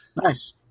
Nice